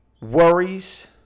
Worries